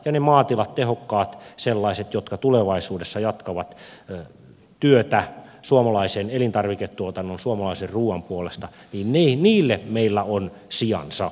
niille maatiloille tehokkaille sellaisille jotka tulevaisuudessa jatkavat työtä suomalaisen elintarviketuotannon suomalaisen ruuan puolesta meillä on sijansa